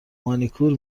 مانیکور